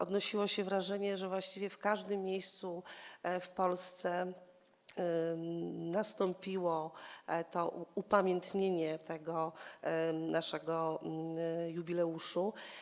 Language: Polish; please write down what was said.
Odnosiło się wrażenie, że właściwie w każdym miejscu w Polsce nastąpiło upamiętnienie tego naszego jubileuszu.